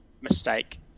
mistake